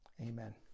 Amen